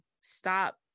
stop